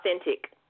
Authentic